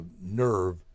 nerve